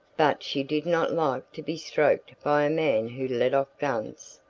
but she did not like to be stroked by a man who let off guns,